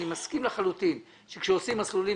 אני מסכים לחלוטין שכאשר עושים מסלולים,